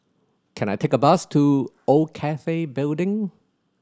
can I take a bus to Old Cathay Building